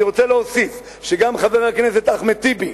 אני רוצה להוסיף שגם חבר הכנסת אחמד טיבי,